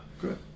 good